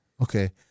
okay